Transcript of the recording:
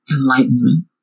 Enlightenment